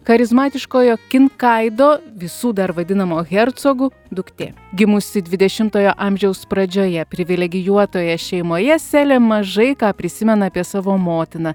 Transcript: charizmatiškojo kinkaido visų dar vadinamo hercogu duktė gimusi dvidešimtojo amžiaus pradžioje privilegijuotoje šeimoje selė mažai ką prisimena apie savo motiną